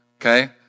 Okay